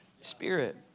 Spirit